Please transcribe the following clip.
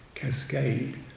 Cascade